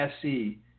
SE